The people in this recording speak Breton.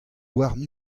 warn